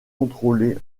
contrôler